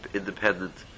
independent